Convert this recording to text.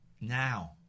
Now